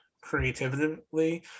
creatively